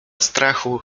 strachu